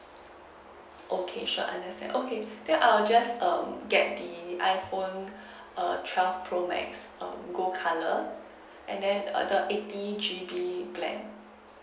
okay sure understand okay then I'll just um get the iphone err twelve pro max um gold colour and then err the eighty G_B plan